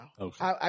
Okay